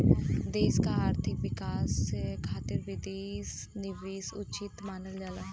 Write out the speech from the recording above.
देश क आर्थिक विकास खातिर विदेशी निवेश उचित मानल जाला